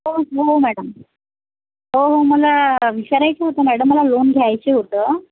हो मॅडम हो हो मला विचारायचं होतं मॅडम मला लोन घ्यायचं होतं